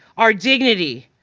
our dignity,